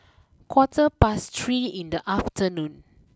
quarter past three in the afternoon